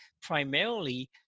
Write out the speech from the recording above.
primarily